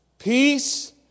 Peace